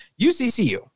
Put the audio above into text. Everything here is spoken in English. UCCU